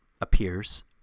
appears